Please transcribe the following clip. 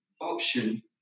option